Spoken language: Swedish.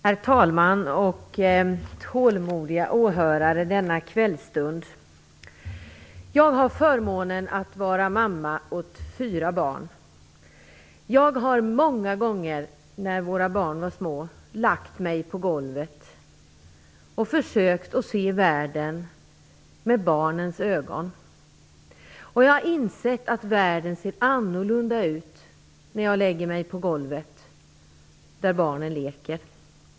Herr talman! Tålmodiga åhörare! Jag har förmånen att vara mamma åt fyra barn. Jag har många gånger när våra barn var små lagt mig på golvet och försökt att se världen med barnens ögon. Jag har insett att världen ser annorlunda ut när jag lägger mig på golvet där barnen leker.